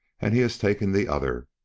and he has taken the other.